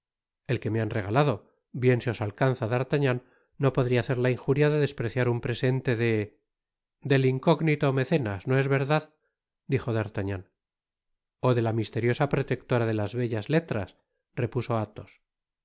el que me han regalado bien se os alcanza d'artagnan no podria hacer la injuria de despreciar un presente de del incógnito mecenas no es verdad dijo d'artagnan o de la misteriosa protectora de las bellas letras repuso athos de